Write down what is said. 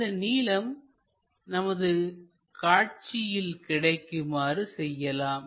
இந்த நீளம் நமது காட்சியில் கிடைக்குமாறு செய்யலாம்